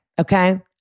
Okay